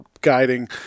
guiding